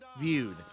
viewed